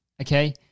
okay